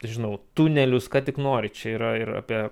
nežinau tunelius ką tik nori čia yra ir apie